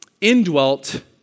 indwelt